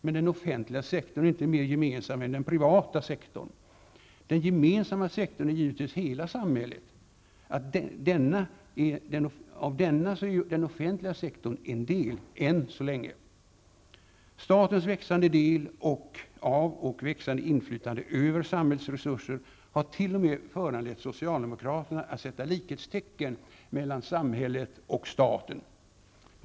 Men den offentliga sektorn är inte mer gemensam än den privata sektorn. Den gemensamma sektorn är givetvis hela samhället. Av denna är den offentliga sektorn en del, än så länge! Statens växande del av och växande inflytande över samhällets resurser har t.o.m. föranlett socialdemokraterna att sätta likhetstecken mellan samhället och staten.